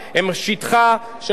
הם שטחה של,